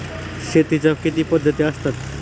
शेतीच्या किती पद्धती असतात?